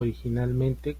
originalmente